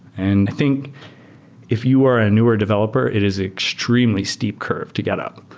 and think if you are a newer developer, it is extremely steep curve to get up.